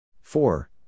four